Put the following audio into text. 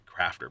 crafter